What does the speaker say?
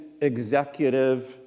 executive